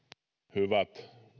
hyvät